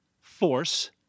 force